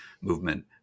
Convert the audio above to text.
movement